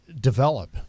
develop